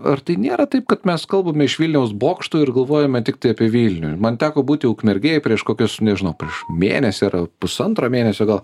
ar tai nėra taip kad mes kalbame iš vilniaus bokštų ir galvojame tiktai apie vilniuje man teko būti ukmergėje prieš kokius nežinau prieš mėnesį yra pusantro mėnesio gal